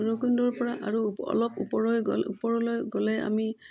ভৈৰৱকুণ্ডৰপৰা আৰু অলপ ওপৰলৈ ওপৰলৈ গ'লে আমি